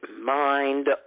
mind